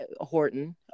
Horton